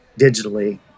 digitally